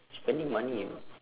spending money you know